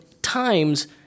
times